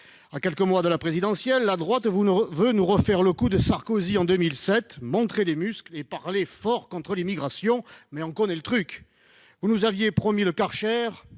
À quelques mois de l'élection présidentielle, la droite veut nous refaire le coup de Sarkozy en 2007 : montrer les muscles et parler fort contre l'immigration. Mais on connaît le truc : vous nous aviez promis le Kärcher